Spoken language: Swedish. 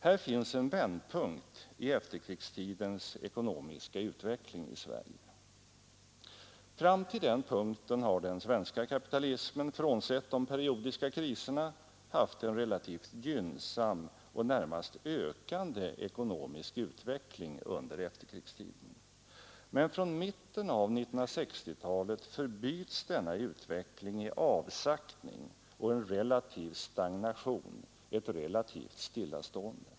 Här finns en vändpunkt i efterkrigstidens ekonomiska utveckling i Sverige. Fram till den punkten har den svenska kapitalismen, frånsett de periodiska kriserna, haft en relativt gynnsam och närmast ökande ekonomisk utveckling under efterkrigstiden, men från mitten av 1960-talet förbyts denna utveckling i avsaktning och en relativ stagnation, ett relativt stillastående.